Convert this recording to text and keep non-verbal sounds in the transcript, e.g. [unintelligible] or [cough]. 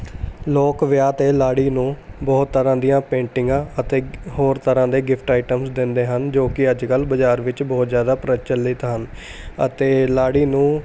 ਲੋਕ ਵਿਆਹ 'ਤੇ ਲਾੜੀ ਨੂੰ ਬਹੁਤ ਤਰ੍ਹਾਂ ਦੀਆਂ ਪੇਂਟਿੰਗਾਂ ਅਤੇ [unintelligible] ਹੋਰ ਤਰ੍ਹਾਂ ਦੇ ਗਿਫ਼ਟ ਆਈਟਮਸ ਦਿੰਦੇ ਹਨ ਜੋ ਕਿ ਅੱਜ ਕੱਲ੍ਹ ਬਾਜ਼ਾਰ ਵਿੱਚ ਬਹੁਤ ਜ਼ਿਆਦਾ ਪ੍ਰਚੱਲਿਤ ਹਨ ਅਤੇ ਲਾੜੀ ਨੂੰ